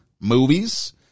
movies